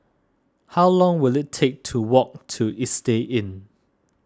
how long will it take to walk to Istay Inn